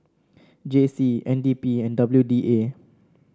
J C N D P and W D A